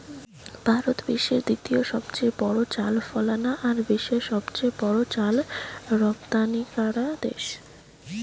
ভারত বিশ্বের দ্বিতীয় সবচেয়ে বড় চাল ফলানা আর বিশ্বের সবচেয়ে বড় চাল রপ্তানিকরা দেশ